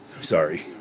Sorry